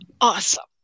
awesome